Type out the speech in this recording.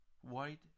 white